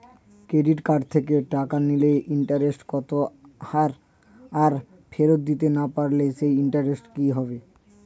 Credit card থেকে টাকা নিলে ইন্টারেস্ট কত আর ফেরত দিতে না পারলে সেই ইন্টারেস্ট কি হবে?